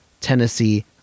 tennessee